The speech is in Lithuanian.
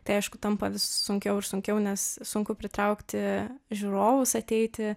tai aišku tampa vis sunkiau ir sunkiau nes sunku pritraukti žiūrovus ateiti